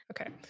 Okay